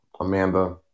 Amanda